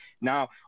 Now